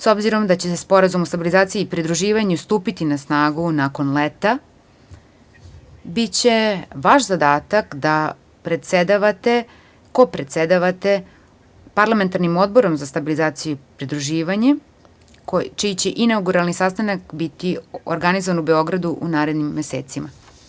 S obzirom da će Sporazum o stabilizaciji i pridruživanju stupiti na snagu nakon leta, biće vaš zadatak da predsedavate, kopredsedavate parlamentarnim odborom za stabilizaciju i pridruživanje, čiji će inaguralni sastanak biti organizovan u Beogradu u narednim mesecima.